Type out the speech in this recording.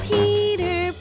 Peter